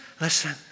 listen